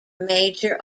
major